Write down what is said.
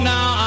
Now